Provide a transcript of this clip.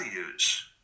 values